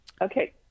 Okay